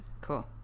Cool